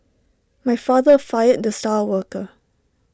my father fired the star worker